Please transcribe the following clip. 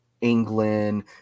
england